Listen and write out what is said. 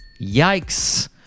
Yikes